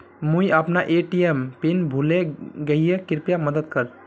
मुई अपना ATM PIN भूले गही कृप्या मदद कर